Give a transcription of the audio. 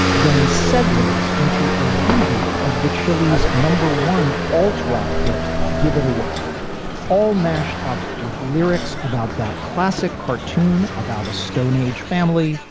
then segways into a reboot of the chillis number one alter rock hit give it away all mashed up with lyrics about that classic cartoon about a stone age family,